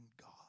God